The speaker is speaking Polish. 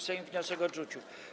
Sejm wniosek odrzucił.